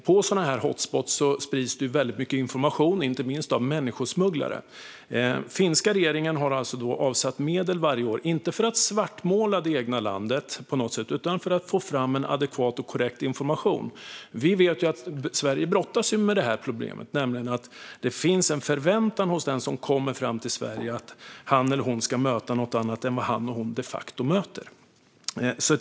På sådana hotspots sprids det väldigt mycket information, inte minst av människosmugglare. Den finska regeringen har alltså varje år avsatt medel, inte för att svartmåla det egna landet på något sätt utan för att få fram adekvat och korrekt information. Vi vet att Sverige brottas med detta problem: att det finns en förväntan hos den som kommer fram till Sverige om att möta något annat än det han eller hon de facto möter.